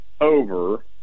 over